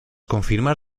confirmar